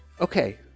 Okay